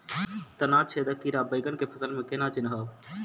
तना छेदक कीड़ा बैंगन केँ फसल म केना चिनहब?